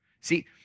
See